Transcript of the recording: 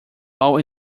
all